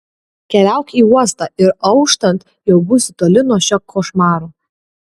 keliauk į uostą ir auštant jau būsi toli nuo šio košmaro